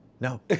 No